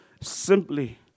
Simply